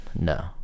no